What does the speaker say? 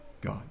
God